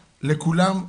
לכולם.